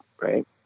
right